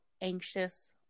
anxious